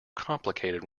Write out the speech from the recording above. complicated